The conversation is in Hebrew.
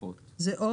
למינויו.